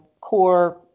core